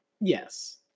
Yes